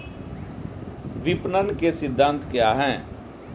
विपणन के सिद्धांत क्या हैं?